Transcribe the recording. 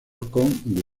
con